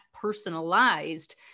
personalized